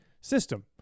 system